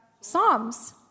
Psalms